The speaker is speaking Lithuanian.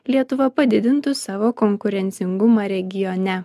lietuva padidintų savo konkurencingumą regione